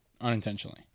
unintentionally